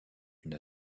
une